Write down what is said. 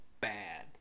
bad